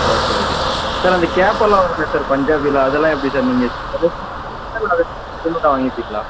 okay okay sir sir அந்த கேப்பெல்லாம் வருமே சார் பஞ்சாபில் அதெல்லாம் எப்படி சார் நீங்கள் ரெடிமேடாக வாங்கிப்பீங்களா